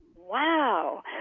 Wow